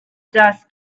dust